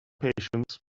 patience